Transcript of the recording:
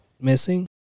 missing